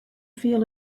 feel